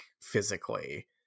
physically